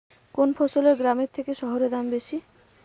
কোন ফসলের গ্রামের থেকে শহরে দাম বেশি?